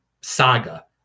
saga